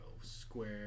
square